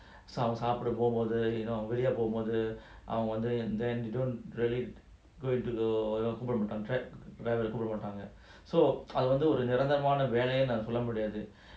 சாப்பிடபோகும்போது:sapda pogumpothu you know வெளியபோகும்போதுஅவங்கவந்து:velua pogumpothu avanga vandhu and then you don't really go into the கூப்பிடமாட்டங்க:koopdamatanga contract கூப்பிடமாட்டங்க:koopdamatanga so I wonder அதுஒருநிரந்தரமானவேலையாநம்மசொல்லமுடியாது:adhu oru nirantharamana velaya namma solla mudiathu